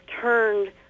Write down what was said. turned